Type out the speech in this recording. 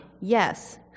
yes